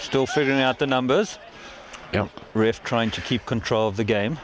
still figuring out the numbers riff trying to keep control of the game